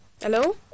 Hello